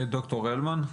ד"ר הלמן,